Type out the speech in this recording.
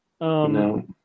No